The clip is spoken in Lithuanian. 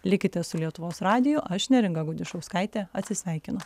likite su lietuvos radiju aš neringa gudišauskaitė atsisveikinu